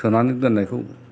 सोनानै दोन्नायखौ